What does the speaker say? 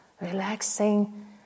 relaxing